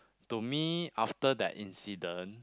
to me after that incident